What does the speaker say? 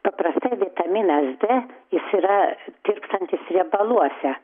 paprastai vitaminas d jis yra tirpstantis riebaluose